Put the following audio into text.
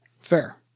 Fair